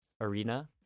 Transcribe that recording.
arena